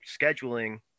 scheduling